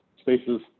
spaces